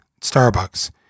Starbucks